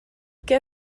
què